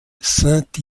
saint